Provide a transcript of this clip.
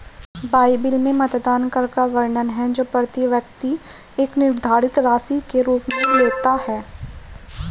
Bible में मतदान कर का वर्णन है जो प्रति व्यक्ति एक निर्धारित राशि कर के रूप में लेता है